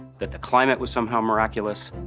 that the climate was somehow miraculous.